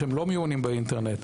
שלא מיומנים באינטרנט.